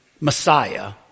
Messiah